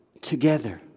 together